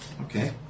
Okay